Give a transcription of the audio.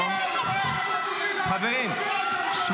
שבו.